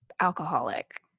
alcoholic